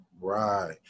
Right